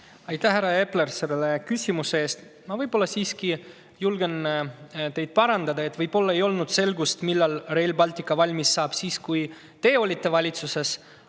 Aitäh, härra Epler, selle küsimuse eest! Ma siiski julgen teid parandada. Võib-olla ei olnud selgust, millal Rail Baltic valmis saab, siis, kui teie olite valitsuses,